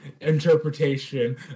interpretation